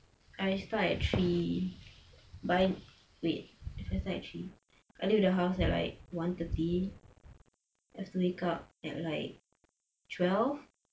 I start at three but wait if I start at three I leave the house at like one thirty have to wake up at like twelve